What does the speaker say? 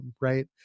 right